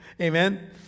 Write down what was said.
Amen